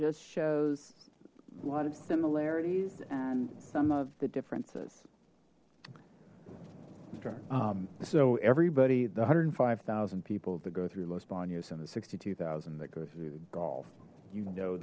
just shows a lot of similarities and some of the differences so everybody the hundred and five thousand people to go through loss vanya sent a sixty two thousand that goes through the golf you know